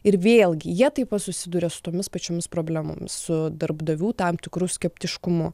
ir vėlgi jie taip pat susiduria su tomis pačiomis problemomis su darbdavių tam tikru skeptiškumu